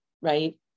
right